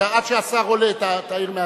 עד שהשר עולה, תעיר מהצד.